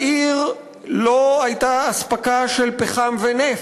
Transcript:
לעיר לא הייתה אספקה של פחם ושל נפט.